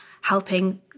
helping